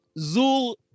Zul